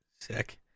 Sick